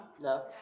No